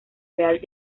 real